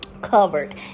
covered